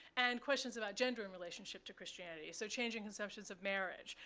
and questions about gender and relationship to christianity, so changing conceptions of marriage,